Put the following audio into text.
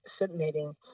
submitting